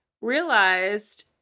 realized